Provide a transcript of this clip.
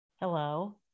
Hello